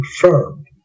confirmed